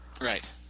Right